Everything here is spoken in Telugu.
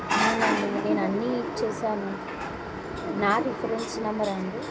అవును అండి నేను అన్ని ఇచ్చాను నా రిఫరెన్స్ నెంబర్ అండి